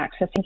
accessing